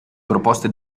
proposte